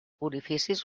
orificis